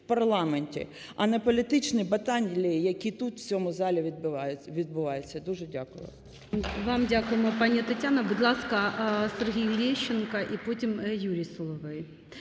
в парламенті, а не політичних баталій, які тут в цьому залі відбуваються. Дуже дякую.